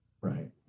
Right